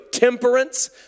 Temperance